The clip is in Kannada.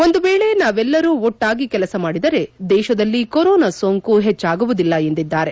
ಒಂದು ವೇಳೆ ನಾವು ಎಲ್ಲರೂ ಒಟ್ಟಾಗಿ ಕೆಲಸ ಮಾಡಿದರೆ ದೇಶದಲ್ಲಿ ಕೊರೋನಾ ಸೋಂಕು ಹೆಚ್ಚಾಗುವುದಿಲ್ಲ ಎಂದರು